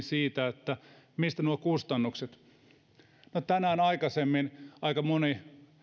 siitä että mistä nuo kustannukset no tänään aikaisemmin aika moni